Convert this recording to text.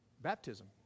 Baptism